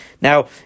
Now